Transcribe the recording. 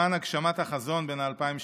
למען הגשמת החזון בן אלפיים השנה.